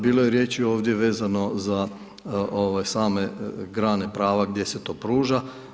Bilo je riječi ovdje vezano za same grane prave gdje se to pruža.